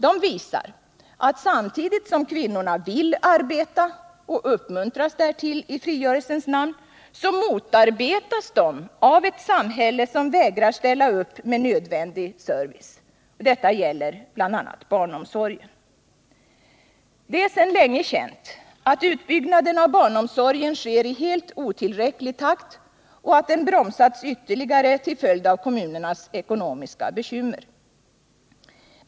De visar att samtidigt som kvinnorna vill arbeta och uppmuntras därtill i frigörelsens namn så motarbetas de av ett samhälle som vägrar ställa upp med nödvändig service. Det gäller bl.a. barnomsorgen. Det är sedan länge känt att utbyggnaden av barnomsorgen sker i helt otillräcklig takt och att den bromsats ytterligare till följd av kommunernas ekonomiska bekymmer.